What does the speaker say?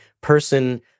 person